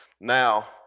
Now